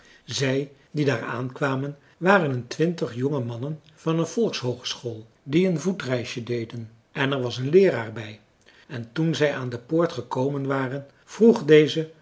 zij die daar aankwamen waren een twintig jonge mannen van een volkshoogeschool die een voetreisje deden er was een leeraar bij en toen zij aan de poort gekomen waren vroeg deze